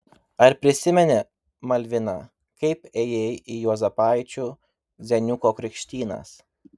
ar prisimeni malvina kaip ėjai į juozapaičių zeniuko krikštynas